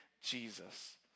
Jesus